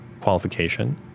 qualification